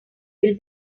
will